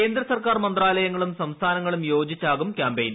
കേന്ദ്ര സർക്കാർ മന്ത്രാലയങ്ങളും സ്ക്സ്ഥാനങ്ങളും യോജിച്ചാകും ക്യാമ്പെയിൻ